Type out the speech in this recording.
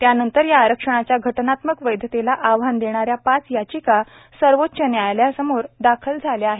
त्यानंतर या आरक्षणाच्या घटनात्मक वैधतेला आव्हान देणाऱ्या पाच याचिका सर्वोच्च न्यायालयासमोर दाखल झाल्या आहेत